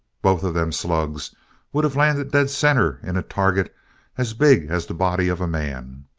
both of them slugs would have landed dead-center in a target as big as the body of a man!